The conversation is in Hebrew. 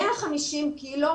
150 ק"ג,